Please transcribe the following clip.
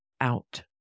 out